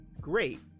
great